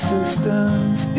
Systems